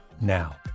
now